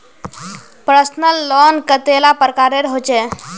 Personal loan कतेला प्रकारेर होचे?